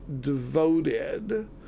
devoted